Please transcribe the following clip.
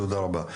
תודה רבה.